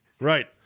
Right